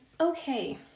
okay